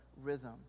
rhythm